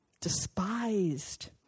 despised